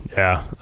yeah.